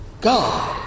God